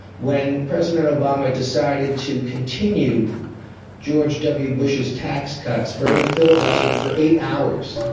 when president obama decided to continue george w bush's tax cuts, bernie filibustered for eight hours.